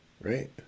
right